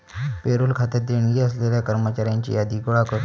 payroll खात्यात देणी असलेल्या कर्मचाऱ्यांची यादी गोळा कर